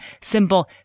simple